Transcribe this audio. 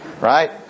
right